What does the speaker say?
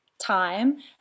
time